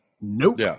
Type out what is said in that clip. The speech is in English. Nope